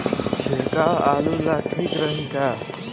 छिड़काव आलू ला ठीक रही का?